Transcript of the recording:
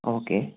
okay